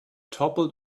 toppled